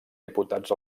diputats